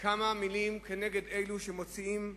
כמה מלים כנגד אלו שמוציאים דיבתנו,